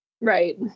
Right